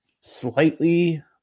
slightly